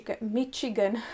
Michigan